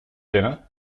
dinner